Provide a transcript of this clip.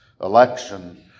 Election